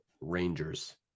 rangers